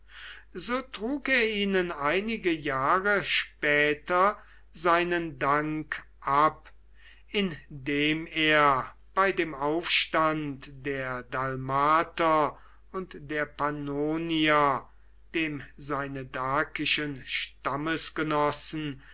so trug er ihnen einige jahre später seinen dank ab indem er bei dem aufstand der dalmater und der pannonier dem seine